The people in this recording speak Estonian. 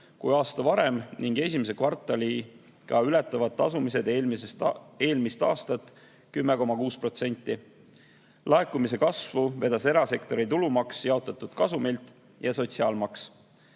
kui aasta varem ning esimese kvartaliga ületavad tasumised eelmist aastat 10,6%. Laekumise kasvu vedas erasektori tulumaks jaotatud kasumilt ja sotsiaalmaks. Vaatamata